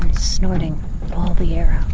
snorting all the air out